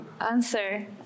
answer